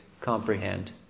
comprehend